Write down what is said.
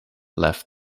left